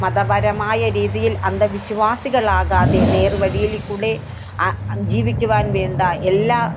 മതപരമായ രീതിയില് അന്ധവിശ്വാസികളാകാതെ നേര്വഴിയിൽ കൂടെ ജീവിക്കുവാന് വേണ്ട എല്ലാ